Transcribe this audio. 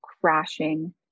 crashing